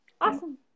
Awesome